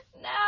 No